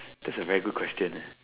that's a very good question eh